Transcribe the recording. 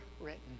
written